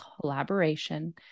collaboration